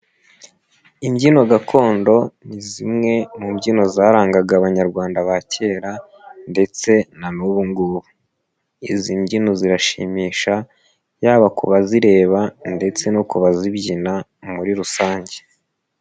Imbyino gakondo ni zimwe mu mbyino zarangaga Abanyarwanda ba kera ndetse na nubu ngubu, izi mbyino zirashimisha yaba ku bazireba ndetse no ku bazibyina muri rusange.